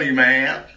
man